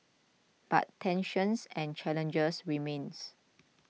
but tensions and challenges remain